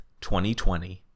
2020